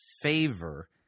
favor